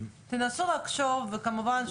וכמובן,